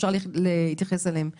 שאפשר להתייחס אליהם בהמשך.